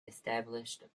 established